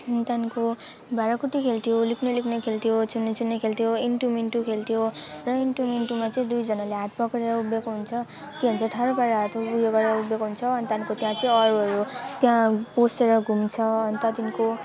अनि त्यहाँको भाँडाकुटी खेल्थ्यो लुक्ने लुक्ने खेल्थ्यो छुनी छुनी खेल्थ्यो इन्टु मिन्टु खेल्थ्यो र इन्टु मिन्टुमा चाहिँ दुइजना हात पक्रेर उभिएको हुन्छ के भन्छ ठाडो पारेर हात उयो गरेर उभिएको हुन्छ अनि त्यहाँको त्यहाँ चाहिँ अरूहरू त्यहाँ पसेर घुम्छ अनि त्यहाँदेखिको